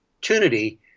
opportunity